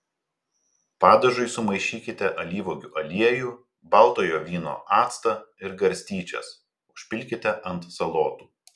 padažui sumaišykite alyvuogių aliejų baltojo vyno actą ir garstyčias užpilkite ant salotų